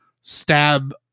stab